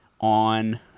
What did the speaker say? on